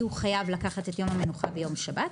הוא חייב לקחת את יום המנוחה ביום שבת,